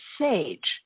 sage